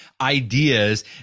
ideas